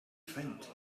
faint